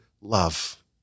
love